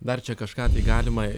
dar čia kažką tai galima